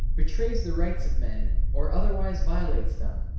betrays the rights of men, or otherwise violates them.